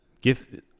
Give